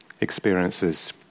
experiences